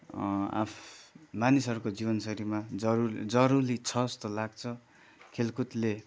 आफ मानिसहरूको जीवनशैलीको जरुरी जरुरी छ जस्तो लाग्छ खेलकुदले